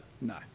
No